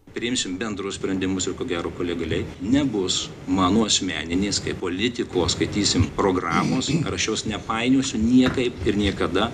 priimsim bendrus sprendimus ir ko gero legaliai nebus mano asmeninės kaip politiko skaitysim programos ir aš jos nepainiosiu niekaip ir niekada